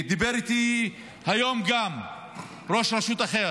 דיבר איתי היום גם ראש רשות אחר.